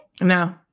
No